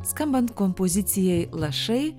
skambant kompozicijai lašai